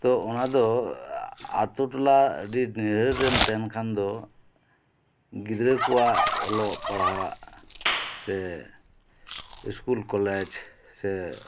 ᱛᱳ ᱚᱱᱟ ᱫᱚ ᱟᱹᱛᱩ ᱴᱚᱞᱟ ᱟᱹᱰᱤ ᱱᱤᱦᱟᱨ ᱨᱮᱢ ᱛᱟᱦᱮᱸᱱ ᱠᱷᱟᱱ ᱫᱚ ᱜᱤᱫᱽᱨᱟ ᱠᱚᱣᱟᱜ ᱚᱞᱚᱜ ᱯᱟᱲᱦᱟᱜ ᱥᱮ ᱤᱥᱠᱩᱞ ᱠᱚᱞᱮᱡ ᱥᱮ